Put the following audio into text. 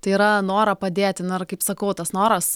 tai yra norą padėti na ir kaip sakau tas noras